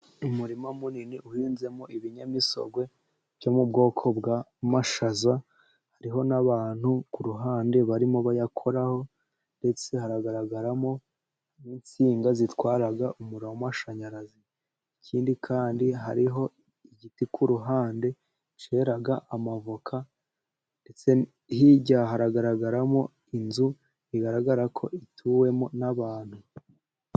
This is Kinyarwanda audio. Umurima munini uhinzemo ibinyamisogwe byo mu bwoko bw'amashaza, hariho n'abantu ku ruhande barimo bayakoraho ndetse haragaragaramo n'insinga zitwara umuriro w' amashanyarazi, ikindi kandi hariho igiti ku ruhande cyera amavoka, ndetse hirya hagaragaramo inzu igaragarako ituwemo n'abantu.